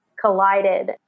collided